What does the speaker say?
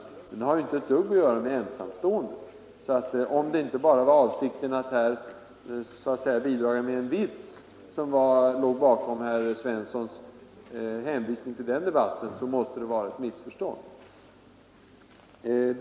De har inte ett dugg att göra med de ensamstående. Om det inte bara var avsikten att här bidra med en vits, som låg bakom herr Svenssons hänvisning till den debatten, måste det vara ett missförstånd.